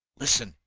listen!